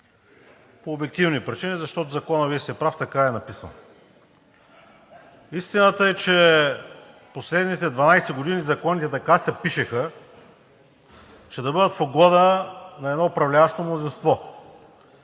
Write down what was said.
по обективни причини, защото Законът, Вие сте прав, така е написан. Истината е, че през последните 12 години законите така се пишеха, че да бъдат в угода на едно управляващо мнозинство.